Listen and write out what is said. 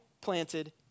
planted